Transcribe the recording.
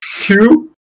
Two